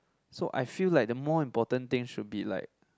so I feel like the more important thing should be like